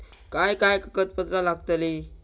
काय काय कागदपत्रा लागतील?